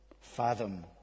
fathom